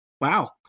Wow